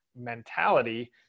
mentality